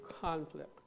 conflict